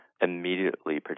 immediately